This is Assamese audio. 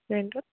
ৰেন্টোট